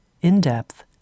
in-depth